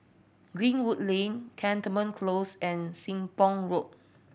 Greenwood Lane Cantonment Close and Sembong Road